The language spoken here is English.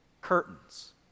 Curtains